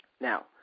Now